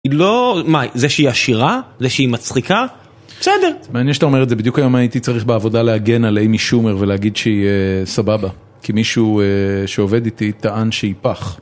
זה שהיא עשירה, זה שהיא מצחיקה, בסדר. מעניין שאתה אומר את זה בדיוק היום הייתי צריך בעבודה להגן על אימי שומר ולהגיד שהיא סבבה. כי מישהו שעובד איתי טען שהיא פח.